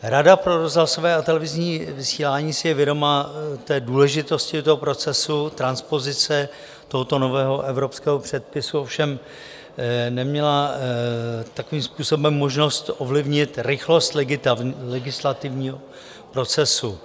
Rada pro rozhlasové a televizní vysílání si je vědoma důležitosti procesu transpozice tohoto nového evropského předpisu, ovšem neměla takovým způsobem možnost ovlivnit rychlost legislativního procesu.